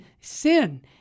sin